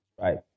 Right